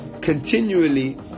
continually